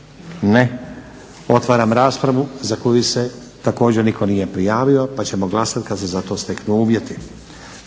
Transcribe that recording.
Ne. Otvaram raspravu za koju se također nitko nije prijavio pa ćemo glasati kad se za to steknu uvjeti.